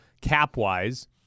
cap-wise